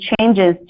changes